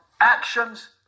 actions